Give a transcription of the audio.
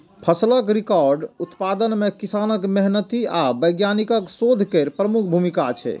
फसलक रिकॉर्ड उत्पादन मे किसानक मेहनति आ वैज्ञानिकक शोध केर प्रमुख भूमिका छै